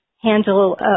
handle